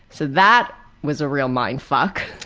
so that was a real mind-fuck.